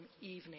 evening